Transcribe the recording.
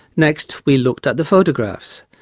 next we looked at the photographs.